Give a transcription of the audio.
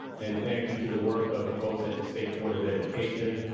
and thank you to the work of the folks at the state board of education.